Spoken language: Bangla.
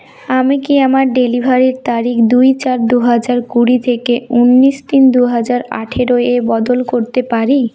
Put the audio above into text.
আমি কি আমার ডেলিভারির তারিখ দুই চার দু হাজার কুড়ি থেকে ঊনিশ তিন দু হাজার আঠেরো এ বদল করতে পারি